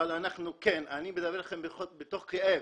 אני מדבר איתכם מכאב,